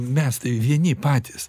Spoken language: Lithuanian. mes tai vieni patys